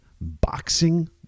boxing